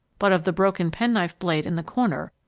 but of the broken penknife blade in the corner,